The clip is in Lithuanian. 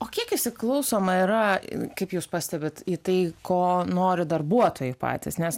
o kiek įsiklausoma yra ir kaip jūs pastebit į tai ko nori darbuotojai patys nes